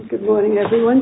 good morning everyone